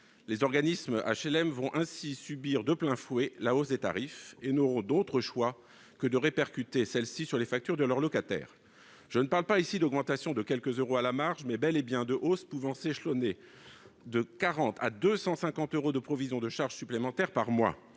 Les organismes HLM vont ainsi subir de plein fouet la hausse des tarifs et n'auront d'autre choix que de répercuter celle-ci sur les factures de leurs locataires. Je parle ici non pas d'augmentations de quelques euros à la marge, mais bel et bien de hausses pouvant s'échelonner de 40 euros à 250 euros de provisions de charges supplémentaires par mois,